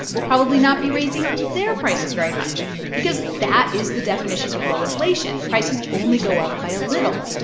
will probably not be raising their prices very much because that is the definition of low inflation. prices only go up by a little.